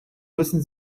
müssen